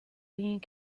being